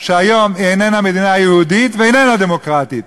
שהיום היא איננה מדינה יהודית ואיננה דמוקרטית.